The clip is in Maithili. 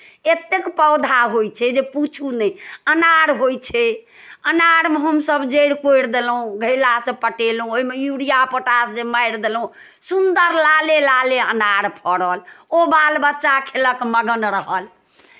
एतेक पौधा होइ छै जे पुछू नहि अनार होइ छै अनारमे हमसभ जड़ि कोरि देलहुँ घैलासँ पटेलहुँ ओहिमे यूरिया पोटाश जे मारि देलहुँ सुन्दर लाले लाले अनार फड़ल ओ बाल बच्चा खेलक मगन रहल